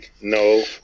No